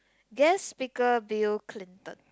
guest speaker Bill-Clinton